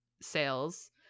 sales